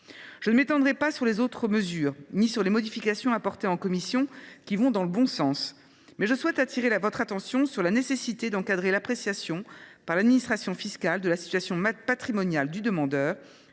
Je ne m’étendrai pas sur les autres mesures ni sur les modifications apportées en commission, qui vont dans le bon sens. Mais je souhaite attirer votre attention sur la nécessité d’encadrer l’appréciation, par l’administration fiscale, de la situation patrimoniale du demandeur,